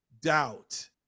doubt